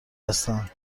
هستند